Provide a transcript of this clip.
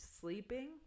sleeping